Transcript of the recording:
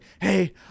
hey